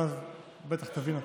ואז בטח תבין אותו.